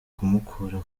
kumukura